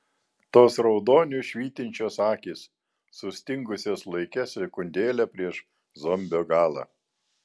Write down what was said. tos raudoniu švytinčios akys sustingusios laike sekundėlę prieš zombio galą